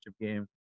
game